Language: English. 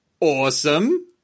awesome